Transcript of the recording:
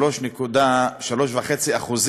3.5%,